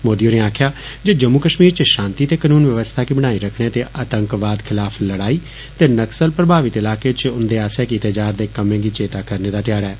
मोदी होरें आक्खेआ जे जम्मू कश्मीर च शांति ते कानून व्यवस्था गी बनाई रक्खने ते आतंकवाद खिलाफ लड़ाई ते नकसल प्रभावित इलाके च उन्दे आस्सेआ कीते जारदे कम्मै गी चेता करने दा घ्याढ़ा ऐ